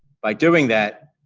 by doing that,